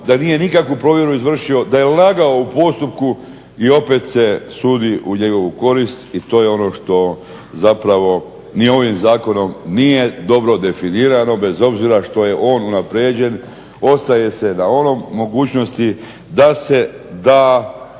da nije nikakvu provjeru izvršio, da je lagao u postupku i opet se sudi u njegovu korist, i to je ono što zapravo ni ovim zakonom nije dobro definirano, bez obzira što je on unaprijeđen, ostaje se na onom mogućnosti da se da